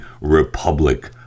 Republic